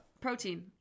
protein